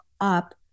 up